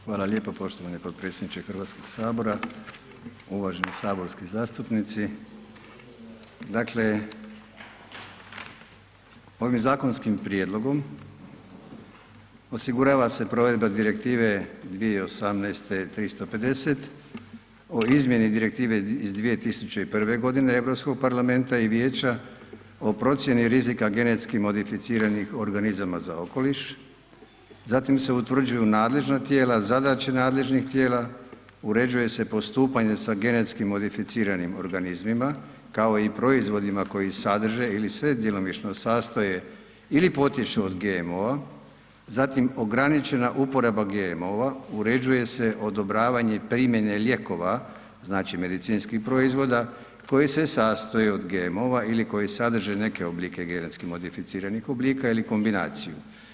Hvala lijepo poštovani potpredsjedniče HS, uvaženi saborski zastupnici, dakle ovim zakonskim prijedlogom osigurava se provedba Direktive 2018/350 o izmjeni Direktive iz 2001.g. Europskog parlamenta i vijeća o procijeni rizika genetski modificiranih organizama za okoliš, zatim se utvrđuju nadležna tijela, zadaće nadležnih tijela, uređuje se postupanje sa genetski modificiranim organizmima, kao i proizvodima koji sadrže ili se djelomično sastoje ili potječu od GMO-a, zatim ograničena uporaba GMO-a, uređuje se odobravanje i primjene lijekova, znači medicinskih proizvoda koji se sastoje od GMO-a ili koji sadrže neke oblike genetski modificiranih oblika ili kombinaciju.